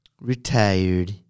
Retired